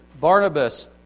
Barnabas